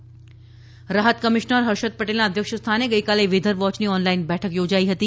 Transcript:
weather રાહત commissioner Harshad પટેલના અધ્યક્ષ સ્થાને ગઇકાલે વેધર વોચની ઓનલાઈન બેઠક યોજાઇ હતી